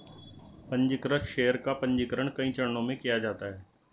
पन्जीकृत शेयर का पन्जीकरण कई चरणों में किया जाता है